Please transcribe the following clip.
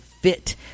fit